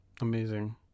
Amazing